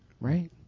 Right